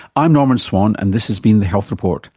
i'm norman swan and this has been the health report